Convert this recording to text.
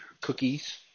cookies